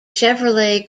chevrolet